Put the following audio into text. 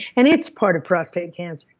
and it's part of prostate cancer.